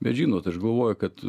bet žinot aš galvoju kad